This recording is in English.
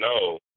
no